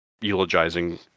eulogizing